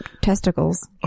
testicles